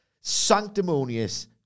sanctimonious